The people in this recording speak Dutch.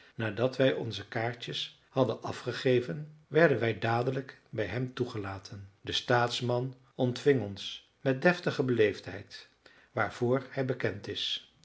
nadat wij onze kaartjes hadden afgegeven werden wij dadelijk bij hem toegelaten de staatsman ontving ons met deftige beleefdheid waarvoor hij bekend is